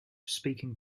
speaking